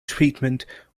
treatment